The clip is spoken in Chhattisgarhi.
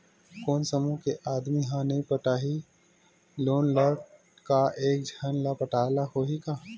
कोन समूह के आदमी हा नई पटाही लोन ला का एक झन ला पटाय ला होही का?